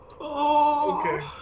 Okay